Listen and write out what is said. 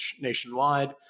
nationwide